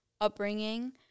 upbringing